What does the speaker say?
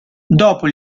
dopo